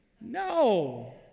No